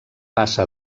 passa